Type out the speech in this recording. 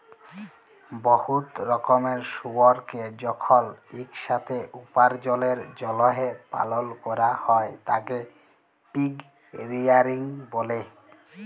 বহুত রকমের শুয়রকে যখল ইকসাথে উপার্জলের জ্যলহে পালল ক্যরা হ্যয় তাকে পিগ রেয়ারিং ব্যলে